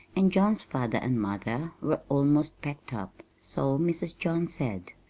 and john's father and mother were almost packed up so mrs. john said.